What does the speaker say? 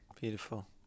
Beautiful